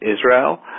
Israel